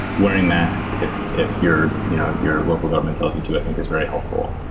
wearing masks if if your you know your local government tells you to, i think is very helpful.